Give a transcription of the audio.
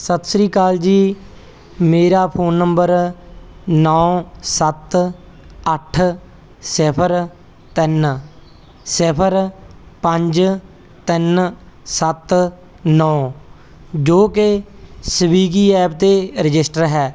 ਸਤਿ ਸ੍ਰੀ ਅਕਾਲ ਜੀ ਮੇਰਾ ਫੋਨ ਨੰਬਰ ਨੌਂ ਸੱਤ ਅੱਠ ਸਿਫਰ ਤਿੰਨ ਸਿਫਰ ਪੰਜ ਤਿੰਨ ਸੱਤ ਨੌਂ ਜੋ ਕਿ ਸਵੀਗੀ ਐਪ 'ਤੇ ਰਜਿਸਟਰ ਹੈ